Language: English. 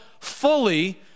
fully